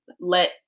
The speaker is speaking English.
let